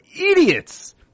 idiots